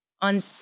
on